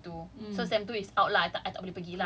okay so technically year four students you cannot go in your sem two so sem two is out lah I tak boleh pergi